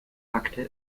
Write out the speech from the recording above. packte